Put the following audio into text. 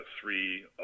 three